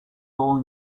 all